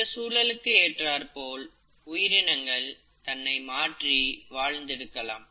இந்த சூழலுக்கு ஏற்றாற்போல் உயிரினங்கள் தன்னை மாற்றி வாழ்த்திருந்திருக்கலாம்